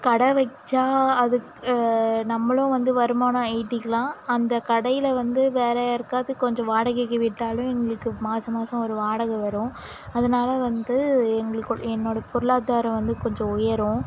கடை வைச்சா அது நம்மளும் வந்து வருமானம் ஈட்டிக்கலாம் அந்த கடையில் வந்து வேறு யாருக்காவது கொஞ்சம் வாடகைக்கு விட்டாலும் எங்களுக்கு மாதம் மாதம் ஒரு வாடகை வரும் அதனால வந்து எங்களுக்கு என்னோடய பொருளாதாரம் வந்து கொஞ்சம் உயரும்